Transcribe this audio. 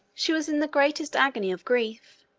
she was in the greatest agony of grief.